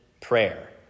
prayer